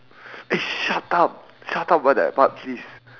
eh shut up shut up about that part please